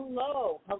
hello